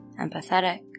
empathetic